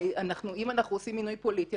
שאם אנחנו עושים מינוי פוליטי,